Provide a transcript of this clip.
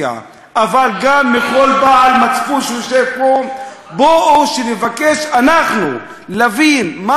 אבל גם מכל בעל מצפון שיושב פה: בואו נבקש אנחנו להבין מה הסיפור.